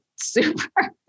Super